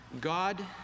God